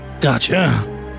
Gotcha